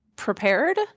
prepared